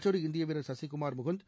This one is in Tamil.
மற்றொரு இந்திய வீரர் சசிக்குமார் முகுந்த்